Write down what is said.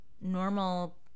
normal